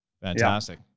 fantastic